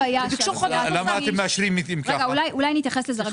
רגע, אולי נתייחס לזה.